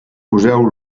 poseu